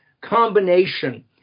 combination